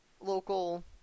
local